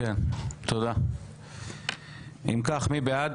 מי בעד,